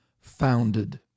founded